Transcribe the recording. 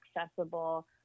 accessible